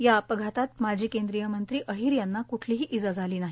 या अपघातात माजी केंद्रीयमंत्री अहिर यांना क्ठलीही इजा झाली नाही